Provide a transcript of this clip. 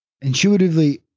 intuitively –